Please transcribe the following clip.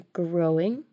growing